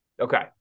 Okay